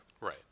Right